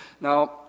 Now